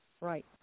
Right